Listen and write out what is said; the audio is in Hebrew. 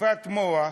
בשטיפת מוח,